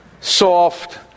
soft